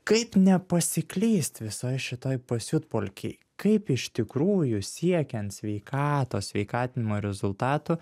kaip nepasiklyst visoj šitoj pasiutpolkėj kaip iš tikrųjų siekiant sveikatos sveikatinimo rezultatų